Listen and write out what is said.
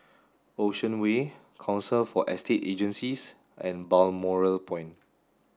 Ocean Way Council for Estate Agencies and Balmoral Point